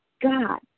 God